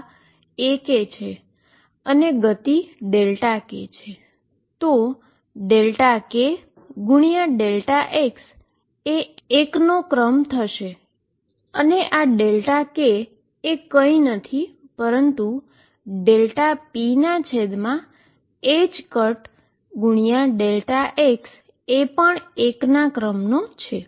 આ AK છે અને ગતિ Δk છે તો Δk Δx એ 1 નો ક્રમ થશે અને આ Δk એ કંઈ નથી પરંતુ Δpx એ 1 ના ક્રમમાં છે અથવા Δp અને Δx છે જે ના ક્રમનો છે